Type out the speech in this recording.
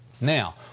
Now